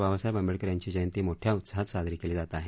बाबासाहेब आंबेडकर यांची जयंती मोठ्या उत्साहात साजरी केली जात आहे